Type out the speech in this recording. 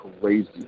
crazy